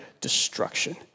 destruction